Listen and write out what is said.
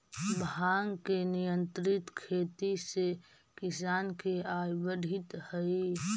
भाँग के नियंत्रित खेती से किसान के आय बढ़ित हइ